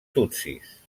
tutsis